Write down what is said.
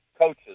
coaches